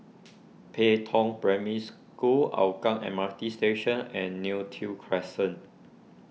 Pei Tong Primary School Hougang M R T Station and Neo Tiew Crescent